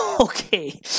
Okay